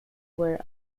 were